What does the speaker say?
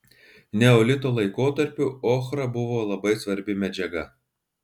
neolito laikotarpiu ochra buvo labai svarbi medžiaga